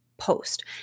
post